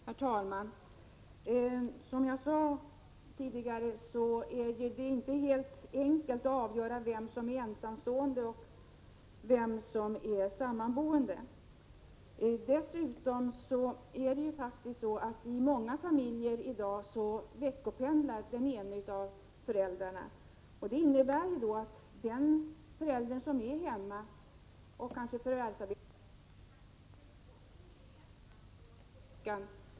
Herr talman! Som jag sade tidigare är det inte alldeles enkelt att avgöra vem som är ensamstående och vem som är sammanboende. Dessutom är det faktiskt så att inom många familjer i dag veckopendlar den ene av föräldrarna. Det innebär att den som är hemma och kanske förvärvsarbetar, i praktiken också är ensamstående i veckan.